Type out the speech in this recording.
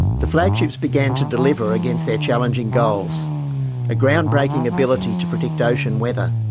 the flagships began to deliver against their challenging goals a ground-breaking ability to predict ocean weather,